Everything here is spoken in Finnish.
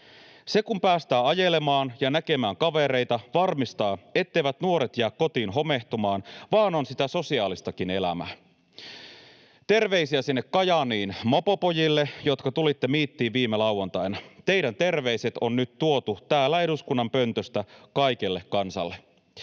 Se, kun päästään ajelemaan ja näkemään kavereita, varmistaa, etteivät nuoret jää kotiin homehtumaan, vaan on sitä sosiaalistakin elämää. Terveisiä sinne Kajaaniin mopopojille, jotka tulitte miittiin viime lauantaina. Teidän terveisenne on nyt tuotu täältä eduskunnan pöntöstä kaikelle kansalle.